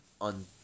on